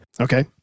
Okay